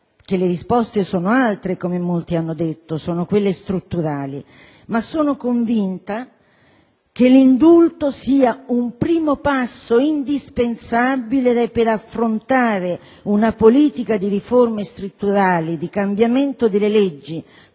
che le risposte sono altre, come molti hanno detto, sono quelle strutturali. Sono tuttavia convinta che l'indulto sia un primo passo indispensabile per affrontare una politica di riforme strutturali, di cambiamento delle leggi,